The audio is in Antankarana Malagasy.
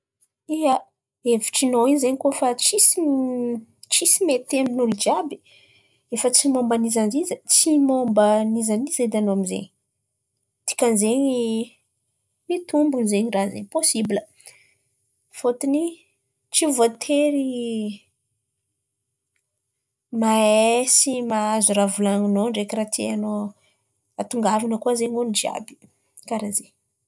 Ia, hevitrinao in̈y zen̈y kôa efa tsisy mety tsisy mety amin'olo jiàby efa tsy mômban'iza n'iza tsy mômba an'iza an'iza edy ianao amin'zen̈y. Dikan'zen̈y mitombon̈o zen̈y ràha zen̈y posibla fôtony tsy voatery mahay sy mahazo ràha volan̈inao ndraiky ràha tianao hahatongavan̈a koà zen̈y ôlo jiàby, kàra zen̈y.